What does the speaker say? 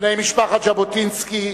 בני משפחת ז'בוטינסקי,